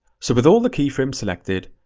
so with all the keyframes selected,